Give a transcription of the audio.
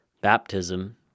Baptism